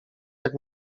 jak